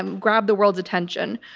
um grabbed the world's attention.